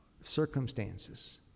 circumstances